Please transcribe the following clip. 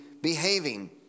behaving